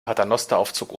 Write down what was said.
paternosteraufzug